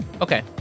Okay